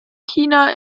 china